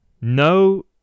No